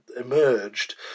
emerged